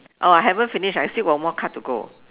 oh I haven't finish I still got one more card to go